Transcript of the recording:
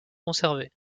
conservés